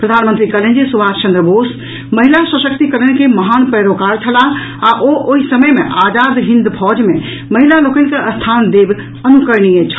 प्रधानमंत्री कहलनि जे सुभाष चन्द्र बोस महिला सशक्तिकरण के महान पैरोकार छलाह आ ओ ओहि समय मे आजाद हिन्द फौज में महिला लोकनि के स्थान देब अनुकरणीय छल